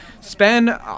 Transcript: spend